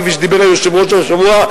כפי שדיבר היושב-ראש השבוע,